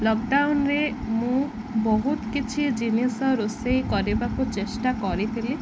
ଲକଡାଉନରେ ମୁଁ ବହୁତ କିଛି ଜିନିଷ ରୋଷେଇ କରିବାକୁ ଚେଷ୍ଟା କରିଥିଲି